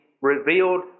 revealed